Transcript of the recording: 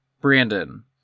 Brandon